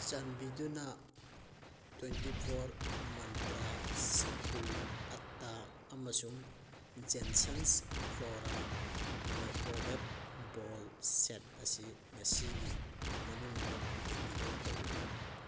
ꯆꯥꯟꯕꯤꯗꯨꯅ twenty four Mantra ꯁꯠꯇꯨ ꯑꯠꯇꯥ ꯑꯃꯁꯨꯡ ꯖꯦꯟꯁꯟꯁ ꯐ꯭ꯂꯣꯔꯥ ꯃꯥꯏꯀ꯭ꯔꯣꯋꯦꯞ ꯕꯣꯜ ꯁꯦꯠ ꯑꯁꯤ ꯉꯁꯤꯒꯤ ꯃꯅꯨꯡꯗ ꯗꯤꯂꯤꯚꯔ ꯇꯧꯕꯤꯌꯨ